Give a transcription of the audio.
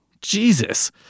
Jesus